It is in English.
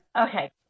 Okay